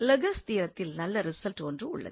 லெர்க்ஸ் தியரத்தில் நல்ல ரிசல்ட் ஒன்று உள்ளது